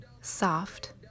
Soft